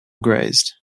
grazed